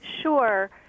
Sure